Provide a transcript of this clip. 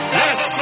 yes